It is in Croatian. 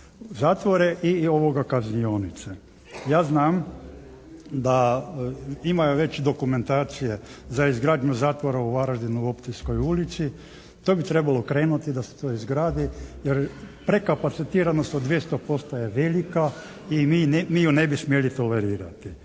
zatvore i kaznionice. Ja znam da imaju već dokumentacije za izgradnju zatvora u Varaždinu u …/Govornik se ne razumije./… ulici. To bi trebalo krenuti da se to izgradi jer prekapacitiranost od 200% je velika i mi ju ne bi smjeli tolerirati.